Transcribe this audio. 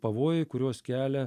pavojai kuriuos kelia